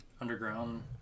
Underground